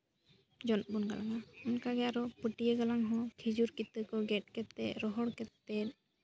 ᱡᱚᱱᱚᱜ ᱵᱚᱱ ᱜᱟᱞᱟᱝᱼᱟ ᱚᱱᱠᱟ ᱜᱮ ᱟᱨᱚ ᱯᱟᱹᱴᱭᱟᱹ ᱜᱟᱞᱟᱝ ᱦᱚᱸ ᱠᱷᱤᱡᱩᱨ ᱠᱤᱛᱟᱹ ᱜᱮᱫ ᱠᱟᱛᱮ ᱨᱚᱦᱚᱲ ᱠᱟᱛᱮ